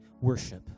worship